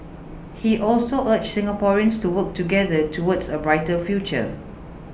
he also urged Singaporeans to work together towards a brighter future